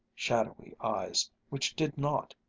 shadowy eyes which did not,